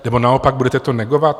Nebo naopak budete to negovat?